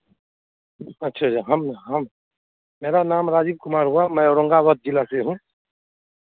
अच्छा अच्छा हम हम मेरा नाम राजीव कुमार हुआ मैं औरंगाबाद जिला से हूँ